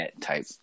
type